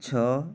ଛଅ